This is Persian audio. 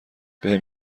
بهم